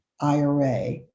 IRA